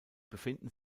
befinden